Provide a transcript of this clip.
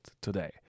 today